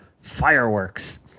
Fireworks